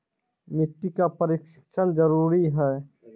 मिट्टी का परिक्षण जरुरी है?